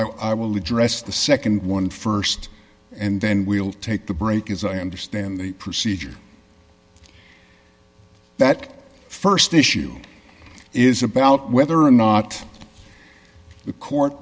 so i will address the nd one st and then we'll take the break as i understand the procedure that st issue is about whether or not the court